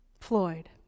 Floyd